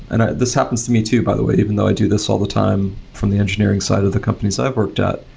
and this happens to me too by the way, even though i do this all the time from the engineering side of the companies i've worked at.